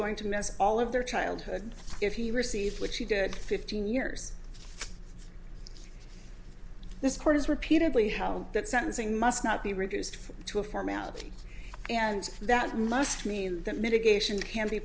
going to miss all of their childhood if you received which he did fifteen years this court has repeatedly how that sentencing must not be reduced to a formality and that must mean that mitigation can be